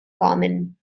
common